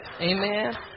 Amen